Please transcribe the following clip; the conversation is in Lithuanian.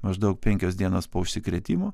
maždaug penkios dienas po užsikrėtimo